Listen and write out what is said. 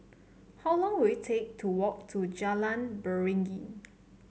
how long will it take to walk to Jalan Beringin